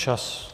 Čas!